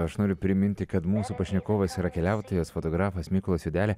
aš noriu priminti kad mūsų pašnekovas yra keliautojas fotografas mykolas juodelė